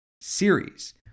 series